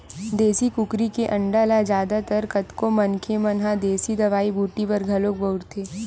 देसी कुकरी के अंडा ल जादा तर कतको मनखे मन ह देसी दवई बूटी बर घलोक बउरथे